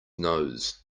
nose